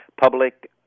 Public